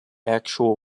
actual